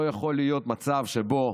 לא יכול להיות מצב שבו